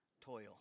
toil